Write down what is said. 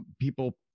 people